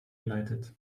geleitet